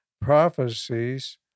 prophecies